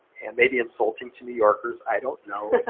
and maybe insulting to new yorkers, i don't know.